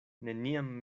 neniam